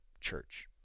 church